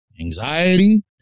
anxiety